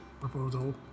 proposal